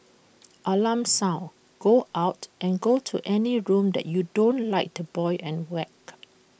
alarm sound go out and go to any room that you don't like the boy and whacked